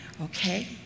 okay